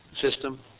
system